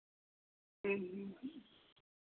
ᱦᱮᱸ ᱦᱮᱸ